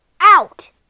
Out